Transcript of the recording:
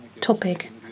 topic